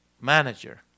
manager